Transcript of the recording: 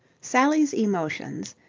sally's emotions,